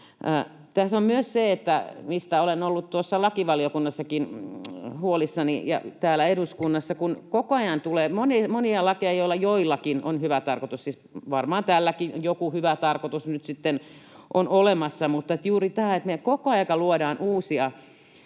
Tässä on myös se, mistä olen ollut lakivaliokunnassakin huolissani, että koko ajan tulee monia lakeja, joista joillakin on hyvä tarkoitus — siis varmaan tälläkin joku hyvä tarkoitus nyt sitten on olemassa — ja koko ajan luodaan uusia